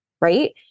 right